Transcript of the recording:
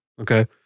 Okay